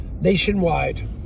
nationwide